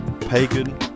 pagan